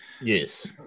Yes